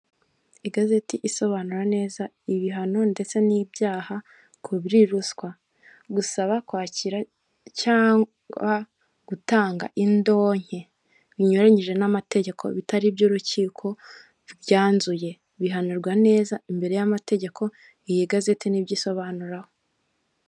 Igazeti isobanura neza ibihano ndetse n'ibyaha ku biri ruswa, gusaba kwakira cyangwa gutanga indonke binyuranyije n'amategeko bitari iby'urukiko, byanzuye bihanirwa neza imbere y'amategeko i iyigazeti n'ibyosobanuro.